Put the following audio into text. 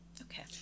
Okay